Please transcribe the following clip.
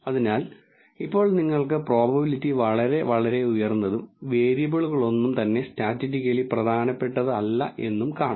അതിനാൽ ഇപ്പോൾ നിങ്ങൾക്ക് പ്രോബബിലിറ്റി വളരെ വളരെ ഉയർന്നതും വേരിയബിളുകളൊന്നും തന്നെ സ്റ്റാറ്റിസ്റ്റിക്കലി പ്രധാനാപെട്ടത് അല്ല എന്നും കാണാം